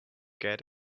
get